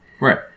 right